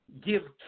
give